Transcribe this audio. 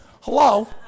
Hello